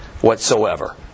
whatsoever